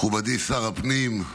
מכובדי שר הפנים,